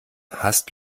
hasst